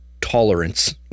tolerance